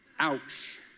ouch